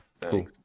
cool